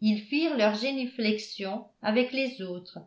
ils firent leur génuflexion avec les autres